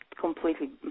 completely